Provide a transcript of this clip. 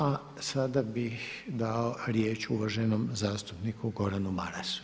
A sada bih dao riječ uvaženom zastupniku Gordanu Marasu.